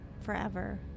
forever